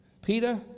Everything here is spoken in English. Peter